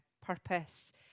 purpose